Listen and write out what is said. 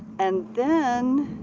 and then,